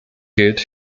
gilt